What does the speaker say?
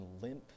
limp